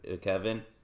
Kevin